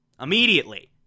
immediately